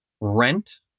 rent